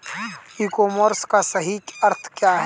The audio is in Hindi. ई कॉमर्स का सही अर्थ क्या है?